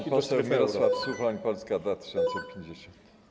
Pan poseł Mirosław Suchoń, Polska 2050.